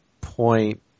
point